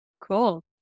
Cool